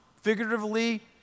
figuratively